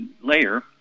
layer